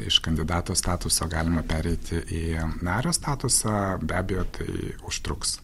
iš kandidato statuso galima pereiti į nario statusą be abejo tai užtruks